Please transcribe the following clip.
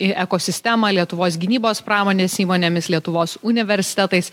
į ekosistemą lietuvos gynybos pramonės įmonėmis lietuvos universitetais